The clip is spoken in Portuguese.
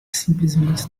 simplesmente